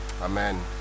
amen